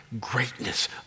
greatness